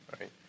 right